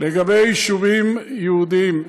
לגבי יישובים יהודיים,